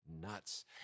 Nuts